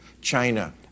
China